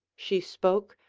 she spoke,